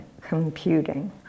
computing